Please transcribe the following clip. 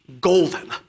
golden